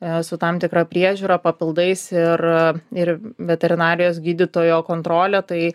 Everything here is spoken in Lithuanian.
e su tam tikra priežiūra papildais ir ir veterinarijos gydytojo kontrolė tai